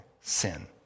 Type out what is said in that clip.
sin